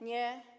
Nie.